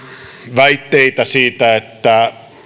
väitteitä siitä että